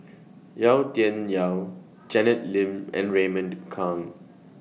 Yau Tian Yau Janet Lim and Raymond Kang